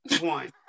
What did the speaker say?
One